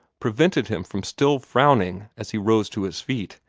prevented him from still frowning as he rose to his feet,